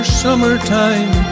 summertime